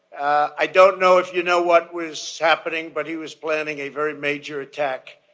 i don't know if you know what was happening, but he was planning a very major attack.